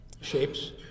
shapes